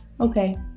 okay